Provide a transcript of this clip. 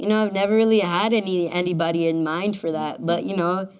you know i've never really had any anybody in mind for that. but you know,